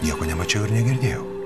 nieko nemačiau ir negirdėjau